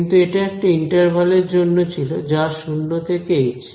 কিন্তু এটা একটা ইন্টারভাল এর জন্য ছিল যা 0 থেকে এইচ